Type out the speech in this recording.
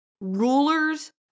rulers